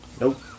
Nope